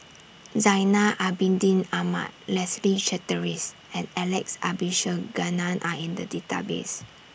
Zainal Abidin Ahmad Leslie Charteris and Alex Abisheganaden Are in The Database